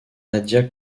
nadia